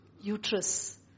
uterus